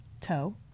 toe